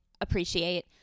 appreciate